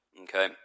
Okay